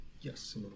Yes